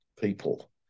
people